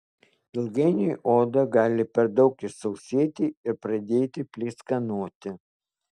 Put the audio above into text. ilgainiui oda gali per daug išsausėti ir pradėti pleiskanoti